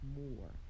more